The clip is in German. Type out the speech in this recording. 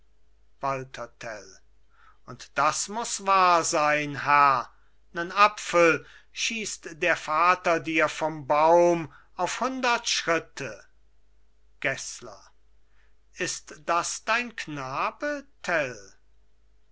und das muss wahr sein herr nen apfel schiesst der vater dir vom baum auf hundert schritte gessler ist das dein knabe